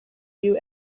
you